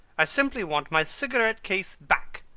i simply want my cigarette case back.